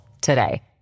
today